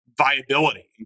viability